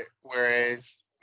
Whereas